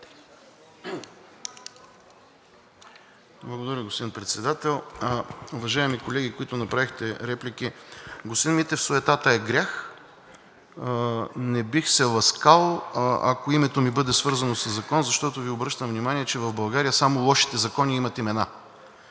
Благодаря, господин Председател. Уважаеми колеги, които направихте реплики. Господин Митев, суетата е грях. Не бих се ласкал, ако името ми бъде свързано със закон, защото Ви обръщам внимание, че в България само лошите закони имат имена.